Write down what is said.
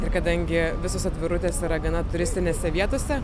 ir kadangi visos atvirutės yra gana turistinėse vietose